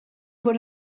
fod